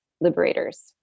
liberators